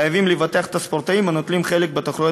חייבים לבטח את הספורטאים הנוטלים חלק בתחרויות